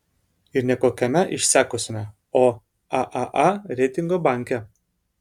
ir ne kokiame išsekusiame o aaa reitingo banke